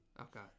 Okay